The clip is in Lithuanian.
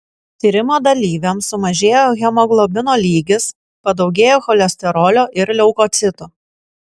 tyrimo dalyviams sumažėjo hemoglobino lygis padaugėjo cholesterolio ir leukocitų